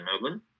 Melbourne